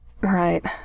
right